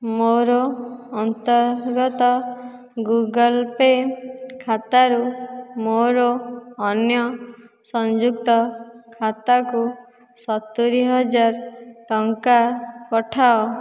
ମୋର ଅନ୍ତର୍ଗତ Google pay' ଖାତାରୁ ମୋର ଅନ୍ୟ ସଂଯୁକ୍ତ ଖାତାକୁ ସତୁରି ହଜାର ଟଙ୍କା ପଠାଅ